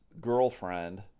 girlfriend